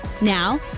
Now